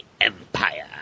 empire